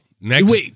next